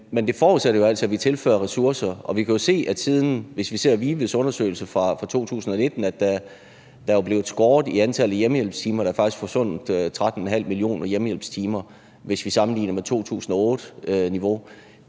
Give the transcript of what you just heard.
Men det forudsætter jo altså, at vi tilfører ressourcer. Vi kan jo se på VIVE's undersøgelse fra 2019, at der er blevet skåret i antallet af hjemmehjælpstimer. Der er faktisk forsvundet 13,5 millioner hjemmehjælpstimer, hvis vi sammenligner med 2008-niveau.